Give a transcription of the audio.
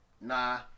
Nah